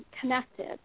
connected